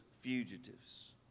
fugitives